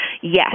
yes